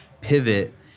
pivot